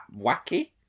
wacky